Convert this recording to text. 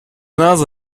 nase